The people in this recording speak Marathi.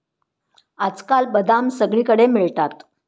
आजकाल बदाम सगळीकडे मिळतात